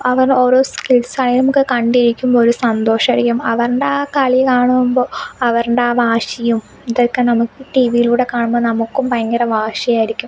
അവൻ ഓരോ സ്കിൽസ് ആണെങ്കിലും നമുക്ക് കണ്ടിരിക്കുമ്പോൾ ഒരു സന്തോഷമായിരിക്കും അവരുടെ ആ കളി കാണുമ്പോൾ അവരുടെ ആ വാശിയും ഇതൊക്കെ നമുക്ക് ടി വിയിലൂടെ കാണുമ്പോൾ നമുക്കും ഭയങ്കര വാശിയായിരിക്കും